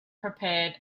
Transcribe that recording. prepared